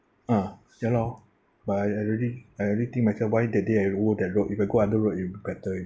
ah ya lor but I already already think myself why that day I over that road if I go under road it will be better